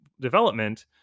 development